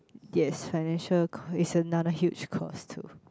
yes financial is another huge cost too